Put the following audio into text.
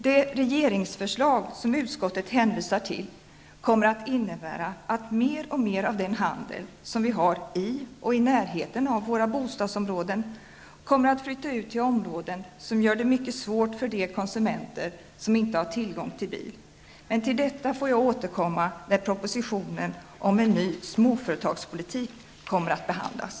Det regeringsförslag som utskottet hänvisar till kommer att innebära att mer och mer av den handel som vi har i och i närheten av våra bostadsområden kommer att flytta ut till områden som gör det mycket svårt för de konsumenter som inte har tillgång till bil, men till detta får jag återkomma när propositionen ''om en ny småföretagspolitik'' behandlas.